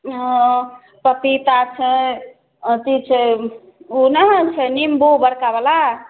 हँ पपीता छै अथी छै उ नहि होइ छै नीम्बू बड़कावला